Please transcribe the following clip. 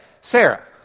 Sarah